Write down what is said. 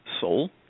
soul